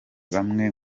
bamwe